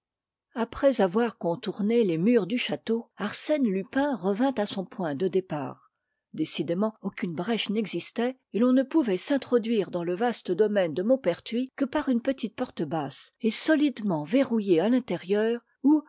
près avoir contourné les murs du château arsène lupin revint à son point de départ décidément aucune brèche n'existait et l'on ne pouvait s'introduire dans le vaste domaine de maupertuis que par une petite porte basse et solidement verrouillée à l'intérieur ou